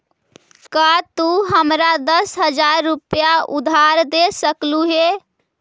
का तू हमारा दस हज़ार रूपए उधार दे सकलू हे?